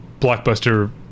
blockbuster